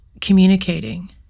communicating